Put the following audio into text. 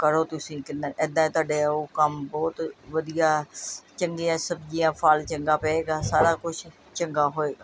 ਕਰੋ ਤੁਸੀਂ ਕਿੱਦਾਂ ਇੱਦਾਂ ਤੁਹਾਡੇ ਉਹ ਕੰਮ ਬਹੁਤ ਵਧੀਆ ਚੰਗੀਆਂ ਸਬਜ਼ੀਆਂ ਫਲ ਚੰਗਾ ਪਏਗਾ ਸਾਰਾ ਕੁਛ ਚੰਗਾ ਹੋਏਗਾ